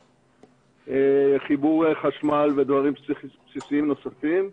חיבור לחשמל ודברים בסיסיים נוספים.